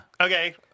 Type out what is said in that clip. okay